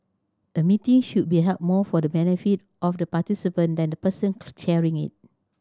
a meeting should be held more for the benefit of the participant than the person chairing it